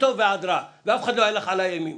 מטוב ועד רע ואף אחד לא יהלך עלי אימים.